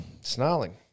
Snarling